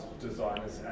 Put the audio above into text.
designers